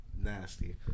Nasty